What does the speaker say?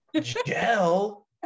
Gel